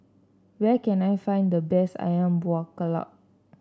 where can I find the best ayam Buah Keluak